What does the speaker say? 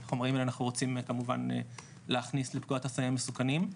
את החומרים האלה אנחנו רוצים כמובן להכניס לפקודת הסמים המסוכנים,